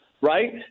right